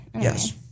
Yes